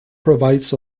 provides